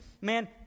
man